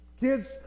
Kids